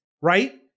right